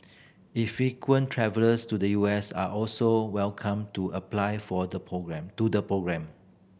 infrequent travellers to the U S are also welcome to apply for the programme to the programme